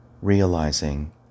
realizing